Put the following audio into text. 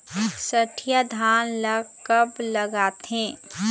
सठिया धान ला कब लगाथें?